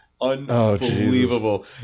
unbelievable